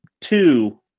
two